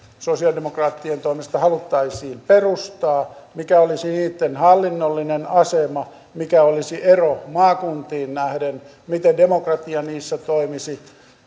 sosialidemokraattien toimesta haluttaisiin perustaa mikä olisi niitten hallinnollinen asema mikä olisi ero maakuntiin nähden miten demokratia niissä toimisi